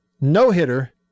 no-hitter